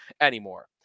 anymore